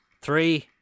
Three